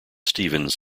stevens